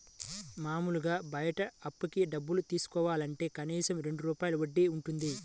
మాములుగా బయట అప్పుకి డబ్బులు తీసుకోవాలంటే కనీసం రెండు రూపాయల వడ్డీ వుంటది